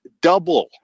double